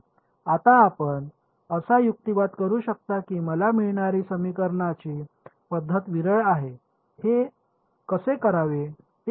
आता आपण असा युक्तिवाद करू शकता की मला मिळणारी समीकरणांची पद्धत विरळ आहे हे कसे करावे ते पाहूया